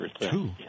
Two